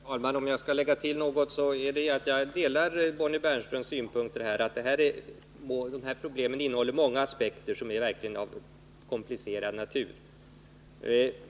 Herr talman! Om jag skall lägga till något är det att jag delar Bonnie Bernströms synpunkter att de här problemen innehåller många aspekter som verkligen är av komplicerad natur.